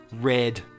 red